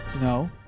No